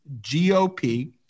GOP